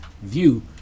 view